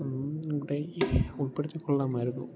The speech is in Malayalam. ഇവിടെ ഉൾപ്പെടുത്തി കൊള്ളാമായിരുന്നു